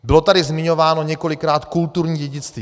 Bylo tady zmiňováno několikrát kulturní dědictví.